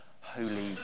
holy